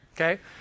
okay